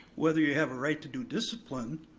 whether you have a right to do discipline